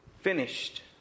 finished